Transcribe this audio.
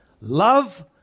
love